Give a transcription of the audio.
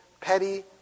petty